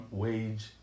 wage